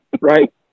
right